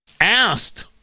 asked